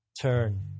turn